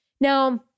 now